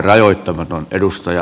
arvoisa puhemies